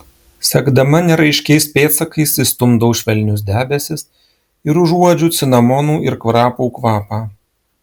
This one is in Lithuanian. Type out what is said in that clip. sekdama neraiškiais pėdsakais išstumdau švelnius debesis ir užuodžiu cinamonų ir krapų kvapą